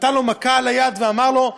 נתן לו מכה על היד ואמר לו: